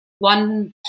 one